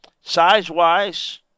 Size-wise